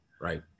Right